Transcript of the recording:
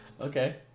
Okay